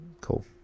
Cool